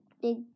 big